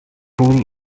fool